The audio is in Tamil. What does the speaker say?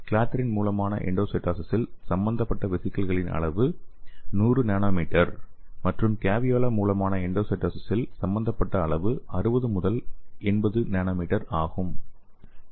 கிளாத்ரின் மூலமான எண்டோசைட்டோசிஸில் சம்பந்தப்பட்ட வெசிகலின் அளவு 100nm மற்றும் கேவியோலா மூலமான எண்டோசைட்டோசிஸில் சம்பந்தப்பட்ட அளவு 60 80nm ஆகும்